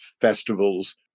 festivals